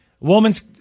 woman's